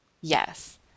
Yes